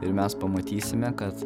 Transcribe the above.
ir mes pamatysime kad